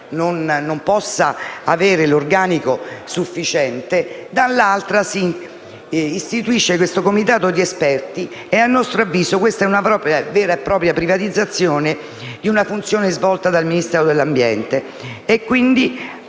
non possa avere l'organico sufficiente, dall'altra si istituisce detto comitato che riteniamo essere una vera e propria privatizzazione di una funzione svolta dal Ministero dell'ambiente,